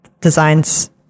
designs